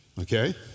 Okay